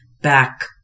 Back